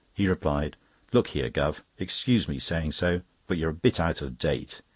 he replied look here, guv, excuse me saying so, but you're a bit out of date.